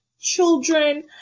children